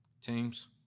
Teams